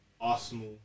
Arsenal